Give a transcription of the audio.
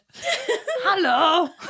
Hello